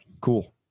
cool